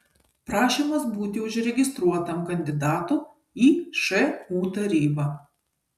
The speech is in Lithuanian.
prašymas būti užregistruotam kandidatu į šu tarybą